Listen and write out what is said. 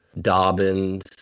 Dobbins